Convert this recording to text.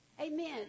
Amen